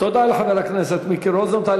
תודה לחבר הכנסת מיקי רוזנטל.